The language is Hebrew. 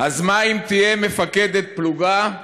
"אז מה אם תהיה מפקדת פלוגה?